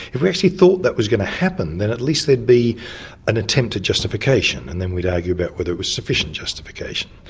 if we actually thought that was going to happen, then at least there'd be an attempt at justification, and then we'd argue about whether it was sufficient justification.